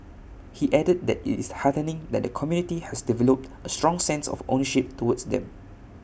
he added that IT is heartening that the community has developed A strong sense of ownership towards them